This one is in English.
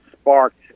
sparked